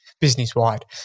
business-wide